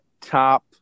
top